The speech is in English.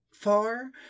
far